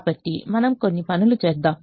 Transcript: కాబట్టి మనం కొన్ని పనులు చేద్దాం